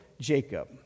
Jacob